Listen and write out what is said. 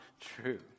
true